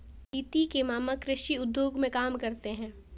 अदिति के मामा कृषि उद्योग में काम करते हैं